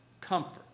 comfort